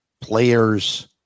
players